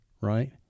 right